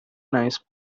nice